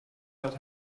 hat